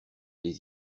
des